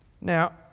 Now